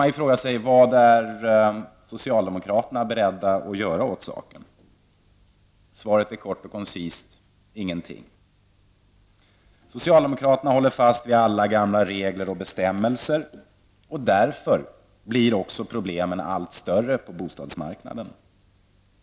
Man kan fråga sig vad socialdemokraterna är beredda att göra åt saken. Svaret är kort och koncist: ingenting. Socialdemokraterna håller fast vid alla gamla regler och bestämmelser, och därför blir också problemen allt större på bostadsmarknaden.